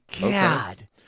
God